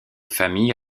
famille